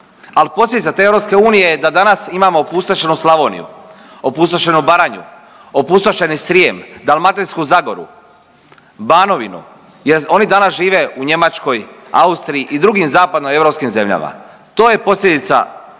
ali posljedica te EU je da danas imamo opustošenu Slavoniju, opustošenu Baranju, opustošeni Srijem, Dalmatinsku zagoru, Banovinu jer oni danas žive u Njemačkoj, Austriji i drugim zapadno europskim zemljama. To je posljedica